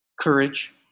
courage